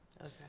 Okay